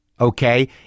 okay